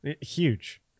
Huge